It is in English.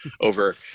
over